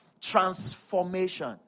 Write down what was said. transformation